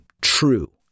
true